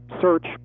search